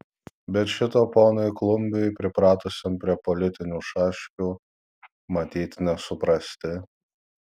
bet šito ponui klumbiui pripratusiam prie politinių šaškių matyt nesuprasti